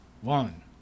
One